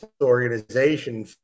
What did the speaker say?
organization